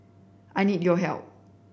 I need your help